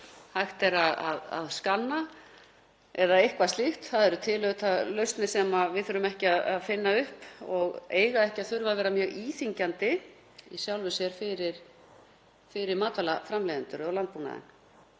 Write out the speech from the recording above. hægt er að skanna eða eitthvað slíkt. Það eru til lausnir sem við þurfum ekki að finna upp og eiga ekki að þurfa að vera mjög íþyngjandi í sjálfu sér fyrir matvælaframleiðendur og landbúnaðinn.